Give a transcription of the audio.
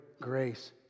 grace